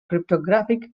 cryptographic